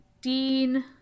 Dean